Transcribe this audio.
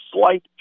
slight